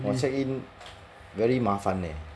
!wah! check in very mafan eh